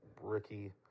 Ricky